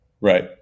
Right